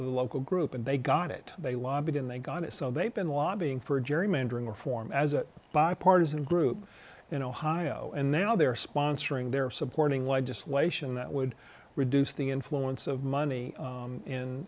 local group and they got it they lobbied and they got it so they've been lobbying for gerrymandering reform as a bipartisan group in ohio and now they are sponsoring they're supporting legislation that would reduce the influence of money